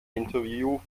interview